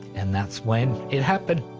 and that's when it happened.